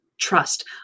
trust